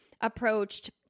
approached